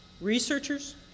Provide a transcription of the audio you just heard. Researchers